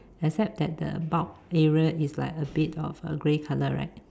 except that the bulb area is like a bit of a grey color right